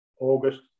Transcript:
August